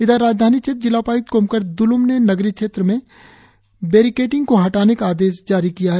इधर राजधानी क्षेत्र जिला उपाय्क्त कोमकर द्लोम ने नगरीय इलाके में बेरिकेटिंग को हटाने का आदेश जारी किया है